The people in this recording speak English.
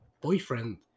boyfriend